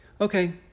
okay